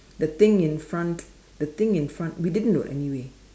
the thing in front the thing in front we didn't do anyway